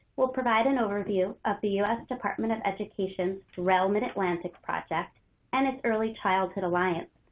we'll provide an overview of the u s. department of education's rel mid-atlantic project and its early childhood alliance.